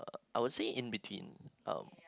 I will say in-between um